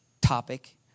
topic